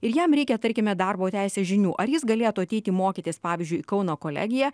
ir jam reikia tarkime darbo teisės žinių ar jis galėtų ateiti mokytis pavyzdžiui į kauno kolegiją